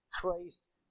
Christ